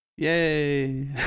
Yay